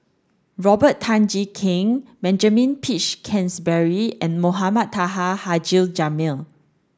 Robert Tan Jee Keng Benjamin Peach Keasberry and Mohamed Taha Haji Jamil